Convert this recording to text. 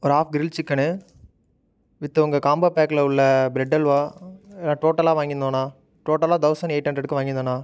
ஒரு half grill chicken with உங்கள் combo பேக்ல உள்ள பிரட் அல்வா டோட்டலாக வாங்கிருந்தோம்ண்ணா டோட்டலாக தௌசண்ட் எயிட் ஹண்ரடுக்கு வாங்கிருந்தோம்ண்ணா